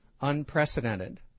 unprecedented